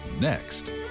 next